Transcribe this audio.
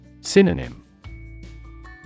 Synonym